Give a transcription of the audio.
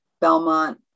Belmont